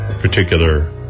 particular